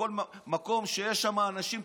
בכל מקום שיש שם אנשים טובים,